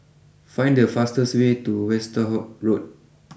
find the fastest way to Westerhout Road